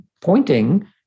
pointing